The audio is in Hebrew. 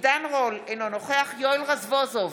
עידן רול, אינו נוכח יואל רזבוזוב,